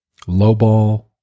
lowball